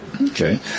Okay